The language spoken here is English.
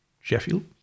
Sheffield